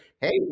hey